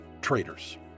Traitors